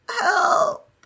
help